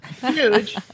Huge